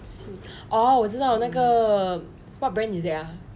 see oh 我知道那个 what brand is that ah